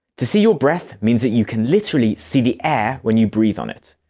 to see your breath means that you can literally see the air when you breathe on it.